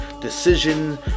decision